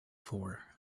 for